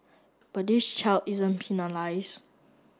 but this child isn't penalise